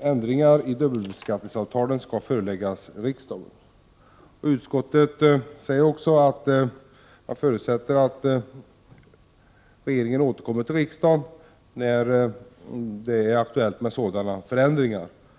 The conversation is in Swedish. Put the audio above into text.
ändringar i dubbelbeskattningsavtalet skall föreläggas riksdagen. Utskottet säger att man förutsätter att regeringen återkommer till riksdagen när det blir aktuellt med sådana förändringar.